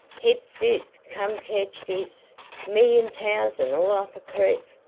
heap fis come kedge fis million tousand all up a creek.